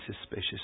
suspicious